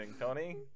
Tony